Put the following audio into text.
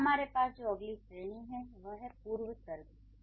फिर हमारे पास जो अगली श्रेणी है वह है पूर्वसर्ग